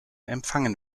empfangen